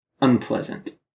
unpleasant